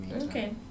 Okay